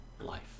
life